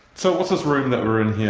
so what's this room that we're in here